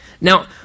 Now